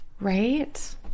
Right